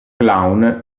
clown